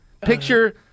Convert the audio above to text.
Picture